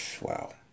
wow